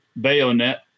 bayonet